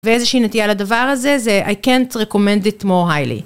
ואיזושהי נטייה לדבר הזה זה I can't recommend it more highly.